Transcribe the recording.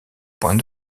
point